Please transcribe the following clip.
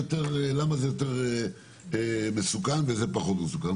למה זה יותר מסוכן וזה פחות מסוכן?